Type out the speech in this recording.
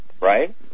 Right